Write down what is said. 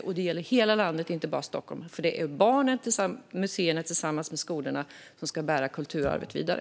Och det gäller hela landet och inte bara Stockholm, för det är museerna tillsammans med skolorna som ska bära kulturarvet vidare.